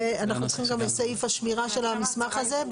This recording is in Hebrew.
ואנחנו צריכים גם את סעיף השמירה של המסמך הזה,